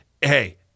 Hey